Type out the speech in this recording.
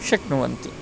शक्नुवन्ति